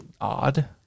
odd